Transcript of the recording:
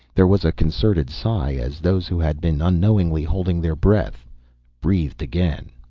there was a concerted sigh, as those who had been unknowingly holding their breath breathed again.